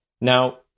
Now